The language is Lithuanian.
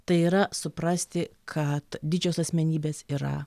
tai yra suprasti kad didžios asmenybės yra